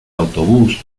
autobús